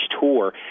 tour